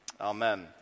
Amen